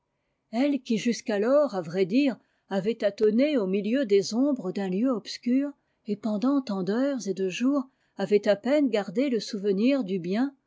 elle qui jusqu'alors à vrai dire avait tâtonné au milieu des ombres d'un lieu obscur et pendant tant d'heures et de jours avait à peine gardé le souvenir du bien